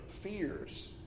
fears